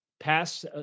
pass